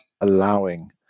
allowing